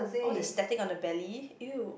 all the static on the belly !eww!